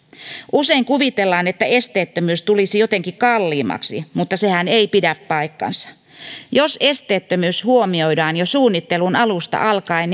usein kuvitellaan että esteettömyys tulisi jotenkin kalliimmaksi mutta sehän ei pidä paikkaansa jos esteettömyys huomioidaan jo suunnittelun alusta alkaen